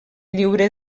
lliure